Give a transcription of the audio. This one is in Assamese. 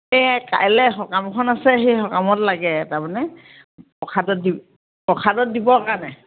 এই কাইলৈ সকামখন আছে সেই সকামত লাগে তাৰমানে প্ৰসাদত দিব প্ৰসাদত দিবৰ কাৰণে